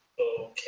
Okay